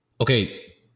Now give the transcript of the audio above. okay